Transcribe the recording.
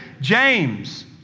James